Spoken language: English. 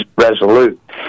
resolute